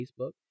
Facebook